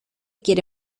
quiere